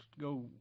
go